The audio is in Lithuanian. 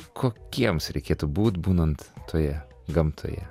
kokiems reikėtų būt būnant toje gamtoje